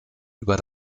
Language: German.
über